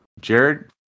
jared